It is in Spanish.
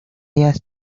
ellas